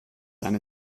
eine